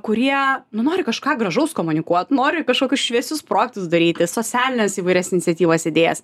kurie nu nori kažką gražaus komunikuot nori kažkokius šviesius projektus daryti socialines įvairias iniciatyvas idėjas